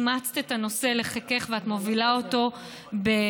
על שאימצת את הנושא לחיקך ואת מובילה אותו בגאון,